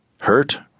Hurt